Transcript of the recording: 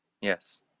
Yes